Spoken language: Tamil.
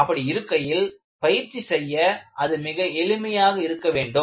அப்படி இருக்கையில் பயிற்சி செய்ய அது மிக எளிமையாக இருக்க வேண்டும்